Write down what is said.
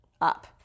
up